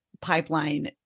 pipeline